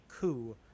coup